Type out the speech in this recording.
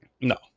No